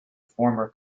former